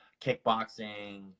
kickboxing